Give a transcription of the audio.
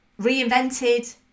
Reinvented